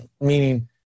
meaning